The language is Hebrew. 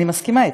אני מסכימה,